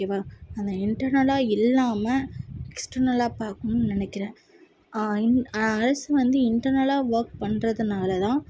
ஓகேவா அந்த இன்டர்னல்லாக இல்லாமல் எக்ஸ்டர்னல்லாக பார்க்கணுன்னு நினைக்கிறேன் இன் அரசு வந்து இன்டர்னல்லாக வொர்க் பண்ணுறதுனால தான்